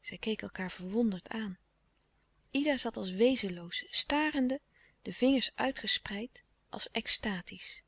zij keken elkaâr verwonderd aan ida zat als wezenloos starende de vingers uitgespreid als extatisch